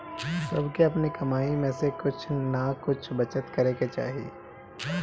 सबके अपनी कमाई में से कुछ नअ कुछ बचत करे के चाही